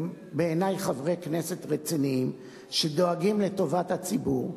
בעיני חברי כנסת רציניים שדואגים לטובת הציבור.